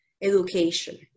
education